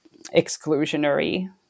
exclusionary